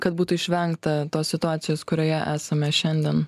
kad būtų išvengta tos situacijos kurioje esame šiandien